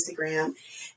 Instagram